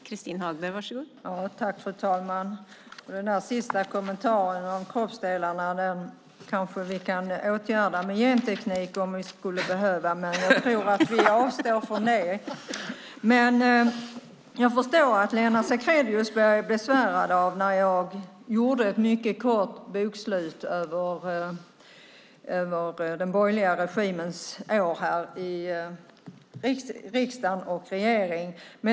Fru talman! När det gäller den sista kommentaren om kroppsdelarna är det kanske något vi kan åtgärda med gentekniken om vi skulle behöva, men jag tror att vi avstår från det. Jag förstår att Lennart Sacrédeus blev besvärad när jag gjorde ett mycket kort bokslut över den borgerliga regimens år i riksdag och regering.